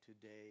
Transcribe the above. today